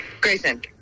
Grayson